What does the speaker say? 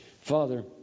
Father